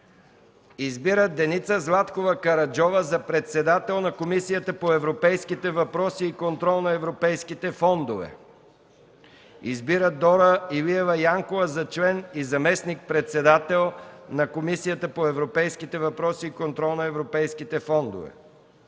ред, Деница Златкова Караджова за председател на Комисията по европейските въпроси и контрол на европейските фондове, Дора Илиева Янкова за член и заместник-председател на Комисията по европейките въпроси и контрол на европейските фондове,